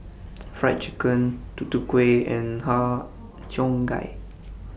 Fried Chicken Tutu Kueh and Har Cheong Gai